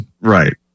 Right